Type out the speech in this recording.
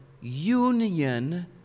union